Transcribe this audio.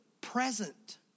present